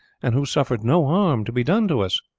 and who suffered no harm to be done to us.